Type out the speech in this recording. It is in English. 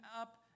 up